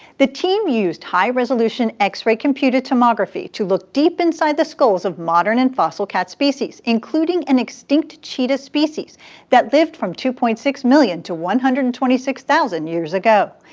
the team used high-resolution x-ray computed tomography to look deep inside the skulls of modern and fossil cat species, including an extinct cheetah species that lived from two point six million to one hundred and twenty six thousand years ago.